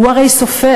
הוא הרי סופר,